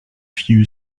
few